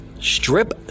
strip